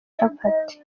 capati